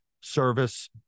service